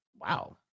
Wow